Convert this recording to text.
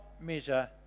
measure